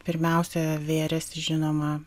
pirmiausia vėrėsi žinoma